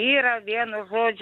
yra vienu žodžiu